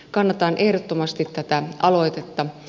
kannatan ehdottomasti tätä aloitetta